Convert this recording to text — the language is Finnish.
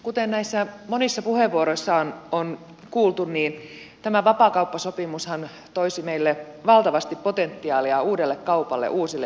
kuten näissä monissa puheenvuoroissa on kuultu tämä vapaakauppasopimushan toisi meille valtavasti potentiaalia uudelle kaupalle uusille työpaikoille